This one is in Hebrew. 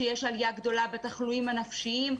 שיש עלייה גדולה בתחלואים הנפשיים,